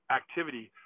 activity